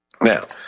Now